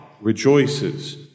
rejoices